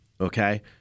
okay